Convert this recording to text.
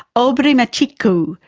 aubrey matshiqi,